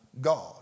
God